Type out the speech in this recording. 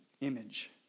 image